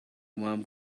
warm